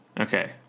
Okay